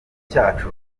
cyacu